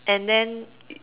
and then